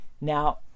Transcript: Now